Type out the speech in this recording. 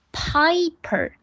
，piper 。